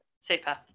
super